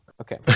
Okay